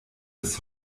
des